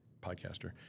podcaster